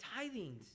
tithings